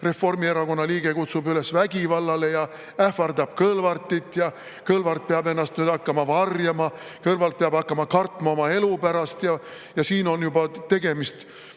Reformierakonna liige kutsub üles vägivallale ja ähvardab Kõlvartit ja Kõlvart peab ennast nüüd hakkama varjama, Kõlvart peab kartma oma elu pärast ja siin on juba tegemist